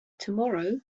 tomorrow